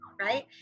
right